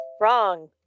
Wrong